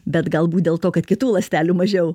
bet galbūt dėl to kad kitų ląstelių mažiau